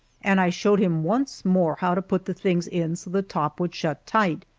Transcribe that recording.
and i showed him once more how to put the things in so the top would shut tight.